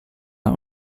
not